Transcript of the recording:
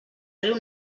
riu